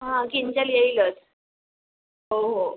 हां किंजल येईलच हो हो